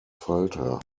falter